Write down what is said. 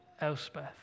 Elspeth